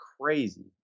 crazy